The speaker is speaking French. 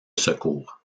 secours